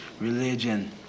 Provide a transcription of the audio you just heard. religion